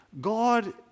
God